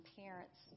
parents